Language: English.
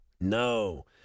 No